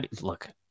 look